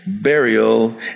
burial